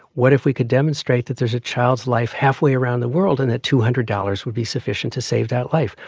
what if we could demonstrate that there's a child's life halfway around the world and that two hundred dollars would be sufficient to save that life?